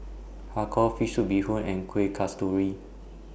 Har Kow Fish Soup Bee Hoon and Kueh Kasturi